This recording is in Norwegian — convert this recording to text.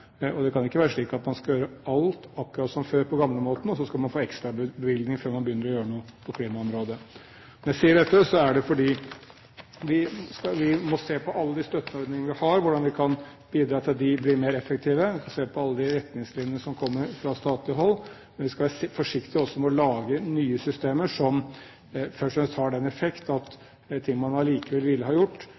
Det kan ikke være slik at man skal gjøre alt akkurat som før – på den gamle måten – og få ekstrabevilgning før man begynner å gjøre noe på klimaområdet. Når jeg sier dette, er det fordi vi må se på alle støtteordningene vi har, og hvordan vi kan bidra til at de blir mer effektive, og se på alle retningslinjene som kommer fra statlig hold. Men vi skal være forsiktige med å lage nye systemer som først og fremst har den effekt at ting man likevel ville ha gjort,